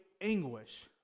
anguish